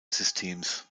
systems